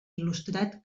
il·lustrat